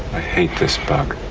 i hate this bug.